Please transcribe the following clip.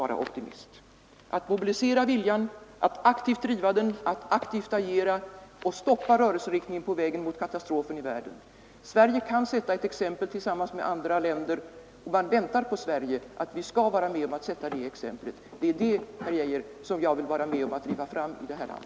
Det gäller alltså att mobilisera viljan, att aktivt driva den, att aktivt agera och stoppa rörelseriktningen på vägen mot katastrof i världen. Sverige kan tillsammans med andra länder visa exempel på en sådan vilja. Man väntar också att Sverige skall visa exempel på en sådan vilja. Det är det, herr Geijer, som jag vill vara med om att driva fram i detta land.